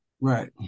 Right